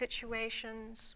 situations